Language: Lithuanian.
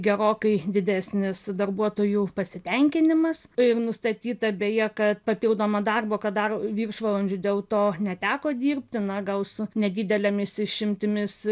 gerokai didesnis darbuotojų pasitenkinimas ir nustatyta beje kad papildomą darbą ką daro viršvalandžių dėl to neteko dirbti na gal su nedidelėmis išimtimis